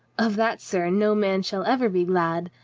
of that, sir, no man shall ever be glad,